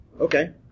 Okay